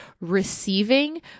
receiving